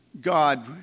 God